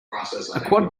quad